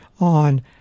on